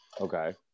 Okay